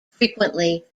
frequently